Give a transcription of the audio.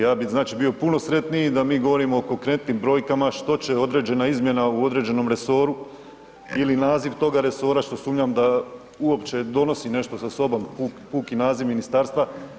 Ja bi znači bio puno sretniji da mi govorimo o konkretnim brojkama što će određena izmjena u određenom resoru ili naziv toga resora, što sumnjam da uopće donosi nešto sa sobom puki naziv ministarstva.